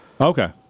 Okay